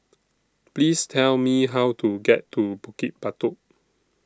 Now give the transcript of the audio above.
Please Tell Me How to get to Bukit Batok